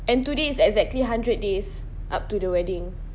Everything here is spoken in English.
and today is exactly hundred days up to the wedding